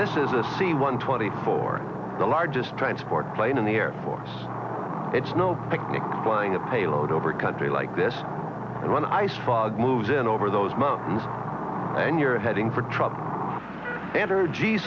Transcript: this is a c one twenty four the largest transport plane in the air force it's no picnic flying a payload over country like this one i saw moves in over those mountains and you're heading for trouble